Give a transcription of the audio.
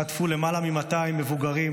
חטפו למעלה מ-200 מבוגרים,